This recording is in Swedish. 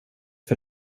för